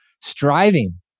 Striving